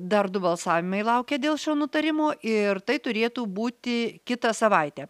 dar du balsavimai laukia dėl šio nutarimo ir tai turėtų būti kitą savaitę